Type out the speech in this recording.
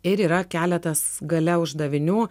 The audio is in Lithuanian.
ir yra keletas gale uždavinių